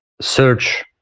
search